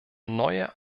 neue